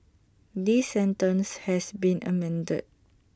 this sentence has been amended